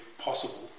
possible